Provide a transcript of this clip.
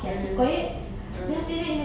mm mm